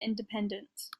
independence